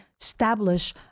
establish